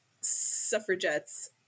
suffragettes